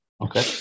Okay